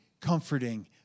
comforting